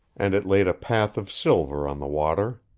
and it laid a path of silver on the water.